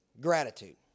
gratitude